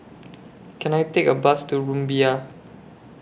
Can I Take A Bus to Rumbia